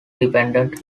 dependent